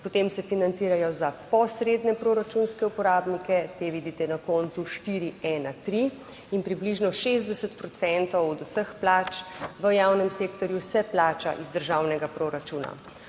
potem se financirajo za posredne proračunske uporabnike, te vidite na kontu 413 in približno 60 procentov od vseh plač v javnem sektorju se plača iz državnega proračuna,